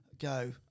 go